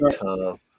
tough